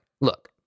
look